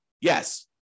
Yes